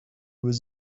was